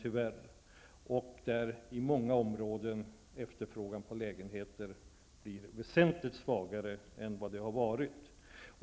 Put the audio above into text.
Efterfrågan på lägenheter kommer på många områden att bli väsentligt svagare än tidigare.